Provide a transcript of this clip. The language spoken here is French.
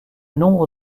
nombre